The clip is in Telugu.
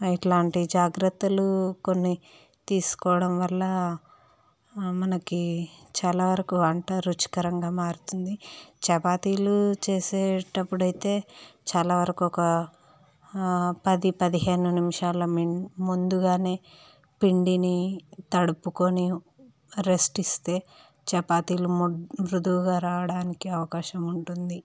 ఇట్లాంటి జాగ్రత్తలు కొన్ని తీసుకోవడం వల్ల మనకి చాలా వరకు వంట రుచికరంగా మారుతుంది చపాతీలు చేసేటప్పుడు అయితే చాలా వరకొక పది పదిహేను నిమిషాలు మిం ముందుగానే పిండిని తడుపుకొని రెస్ట్ ఇస్తే చపాతీలు మృదువుగా రావడానికి అవకాశం ఉంటుంది